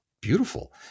beautiful